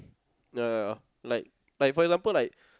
yeah yeah yeah like like for example like